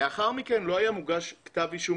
לאחר מכן לא היה מוגש כתב אישום,